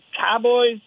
Cowboys